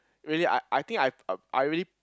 really I I think I've I I really